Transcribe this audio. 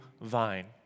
vine